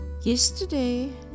Yesterday